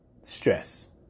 stress